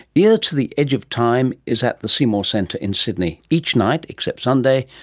ear to the edge of time is at the seymour centre in sydney each night, except sunday,